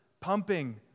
pumping